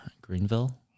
Greenville